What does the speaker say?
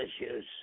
issues